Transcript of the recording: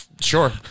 Sure